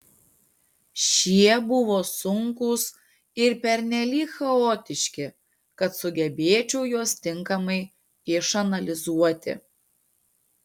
šie buvo sunkūs ir pernelyg chaotiški kad sugebėčiau juos tinkamai išanalizuoti